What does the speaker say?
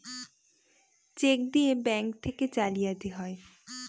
check দিয়ে bank থেকে জালিয়াতি হয়